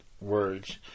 words